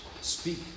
Speak